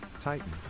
Titan